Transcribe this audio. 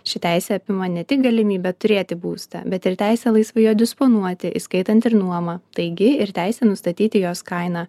ši teisė apima ne tik galimybę turėti būstą bet ir teisę laisvai juo disponuoti įskaitant ir nuomą taigi ir teisę nustatyti jos kainą